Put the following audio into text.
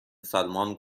سلمان